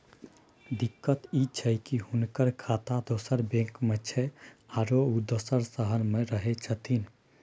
दिक्कत इ छै की हुनकर खाता दोसर बैंक में छै, आरो उ दोसर शहर में रहें छथिन